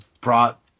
brought